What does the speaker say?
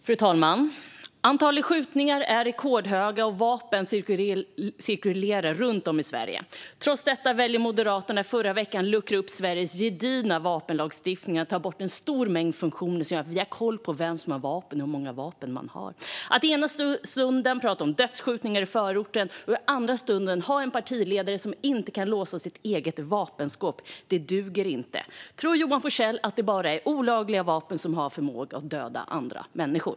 Fru talman! Antalet skjutningar är rekordstort, och vapen cirkulerar runt om i Sverige. Trots detta valde Moderaterna i förra veckan att luckra upp Sveriges gedigna vapenlagstiftning och ta bort en stor mängd funktioner som gör att vi har koll på vilka som har vapen och hur många vapen de har. Att i ena stunden tala om dödsskjutningar i förorten och i nästa stund ha en partiledare som inte kan låsa sitt eget vapenskåp duger inte. Tror Johan Forssell att det bara är olagliga vapen som har förmåga att döda andra människor?